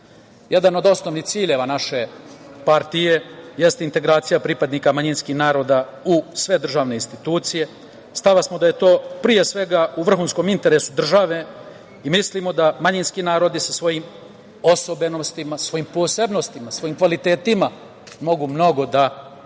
od osnovnih ciljeva naše partije jeste integracija pripadnika manjinskih naroda u sve državne institucije. Stava smo da je to, pre svega, u vrhunskom interesu države i mislimo da manjinski narodi sa svojim osobenostima, svojim posebnostima, svojim kvalitetima, mogu mnogo da doprinesu